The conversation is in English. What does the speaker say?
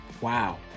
wow